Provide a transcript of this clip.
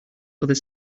other